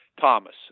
Thomas